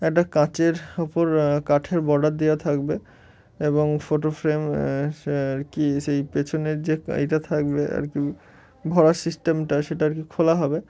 একটা কাঁচের ওপর কাঠের বর্ডার দেওয়া থাকবে এবং ফটো ফ্রেম আর কি সেই পেছনের যে এইটা থাকবে আর কি ভরার সিস্টেমটা সেটা আর কি খোলা হবে